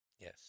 yes